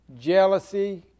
jealousy